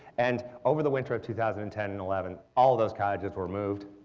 and over the winter of two thousand and ten and eleven, all of those cottages were moved.